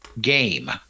game